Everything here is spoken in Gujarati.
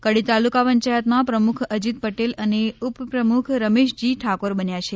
કડી તાલુકા પંચાયતમાં પ્રમુખ અજીત પટેલ અને ઉપપ્રમુખ રમેશજી ઠાકોર બન્યા છે